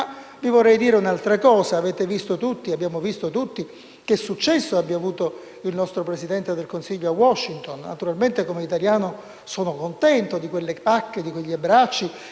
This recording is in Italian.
Ma vorrei dire un'altra cosa. Abbiamo visto tutti quale successo abbia avuto il nostro Presidente del Consiglio a Washington; attualmente, come italiano, sono contento di quelle pacche, di quegli abbracci,